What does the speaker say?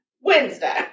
Wednesday